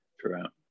throughout